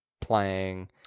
playing